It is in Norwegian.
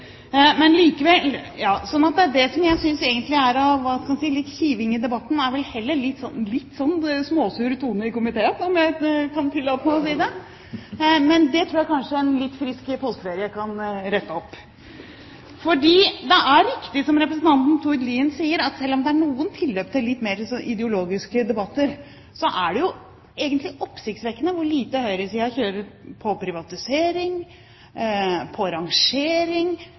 Det jeg synes er av litt kiving i debatten, er vel heller en litt småsur tone i komiteen – om jeg kan tillate meg å si det. Men det tror jeg kanskje en litt frisk påskeferie kan rette opp. For det er riktig som representanten Tord Lien sier, at selv om det er noen tilløp til litt mer ideologiske debatter, er det egentlig oppsiktsvekkende hvor lite høyresiden kjører på privatisering og rangering.